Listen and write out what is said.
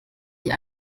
die